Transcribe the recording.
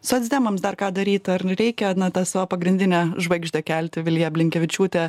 socdemams dar ką daryt ar nu reikia na tą savo pagrindinę žvaigždę kelti viliją blinkevičiūtę